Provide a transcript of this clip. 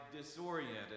disoriented